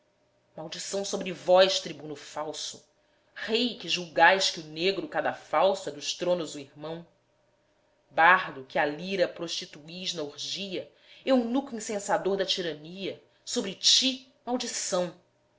maldição sobre vós tribuno falso rei que julgais que o negro cadafalso é dos tronos o irmão bardo que a lira prostituis na orgia eunuco incensador da tirania sobre ti maldição